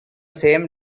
same